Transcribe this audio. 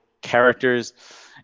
characters